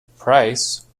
price